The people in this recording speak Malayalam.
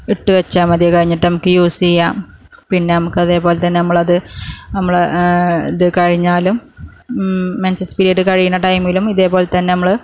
ഇട്ട് വെച്ചാൽ മതി കഴിഞ്ഞിട്ട് നമുക്ക് യൂസ് ചെയ്യാം പിന്നെ നമുക്ക് അതേപോലെതന്നെ നമ്മളത് നമ്മള് ഇത് കഴിഞ്ഞാലും മെൻസസ്സ് പിരീഡ് കഴിയുന്ന ടൈമിലും ഇതേപോലെ തന്നെ നമ്മള്